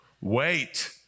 Wait